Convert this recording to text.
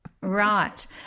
Right